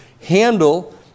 handle